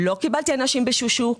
לא קיבלתי אנשים בשושו.